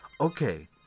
Okay